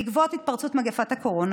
בעקבות התפרצות מגפת הקורונה,